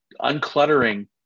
uncluttering